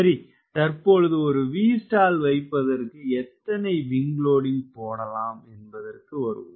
சரி தற்பொழுது ஒரு Vstall வைப்பதற்கு எத்தனை விங்க் லோடிங்க் போடலாம் என்பதற்கு வருவோம்